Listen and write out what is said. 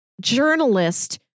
journalist